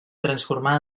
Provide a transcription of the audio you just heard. transformar